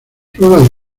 pruebas